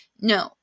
No